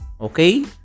Okay